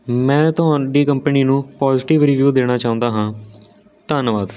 ਮੈਂ ਤੁਹਾਡੀ ਕੰਪਨੀ ਨੂੰ ਪੋਜ਼ੀਟਿਵ ਰਿਵੀਊ ਦੇਣਾ ਚਾਹੁੰਦਾ ਹਾਂ ਧੰਨਵਾਦ